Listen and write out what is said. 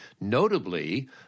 notably